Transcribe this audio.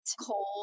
cold